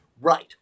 Right